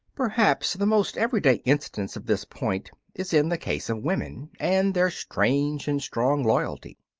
perhaps the most everyday instance of this point is in the case of women and their strange and strong loyalty.